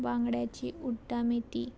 बांगड्याची उडटा मेथी